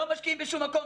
לא משקיעים בשום מקום,